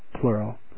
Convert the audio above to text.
plural